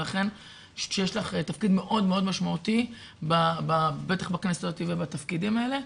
לכן יש לך תפקיד מאוד מאוד משמעותי בטח בכנסת הזאת ובתפקידים האלה.